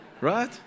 right